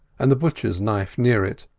and the butcher's knife near it,